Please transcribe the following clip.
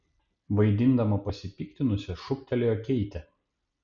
vaidindama pasipiktinusią šūktelėjo keitė